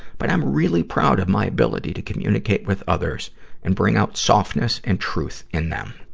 but i'm really proud of my ability to communicate with others and bring out softness and truth in them.